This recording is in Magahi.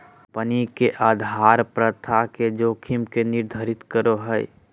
कम्पनी के उधार प्रथा के जोखिम के निर्धारित करो हइ